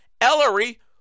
Ellery